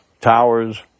towers